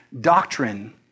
doctrine